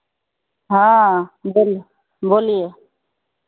हाँ बोल बोलिए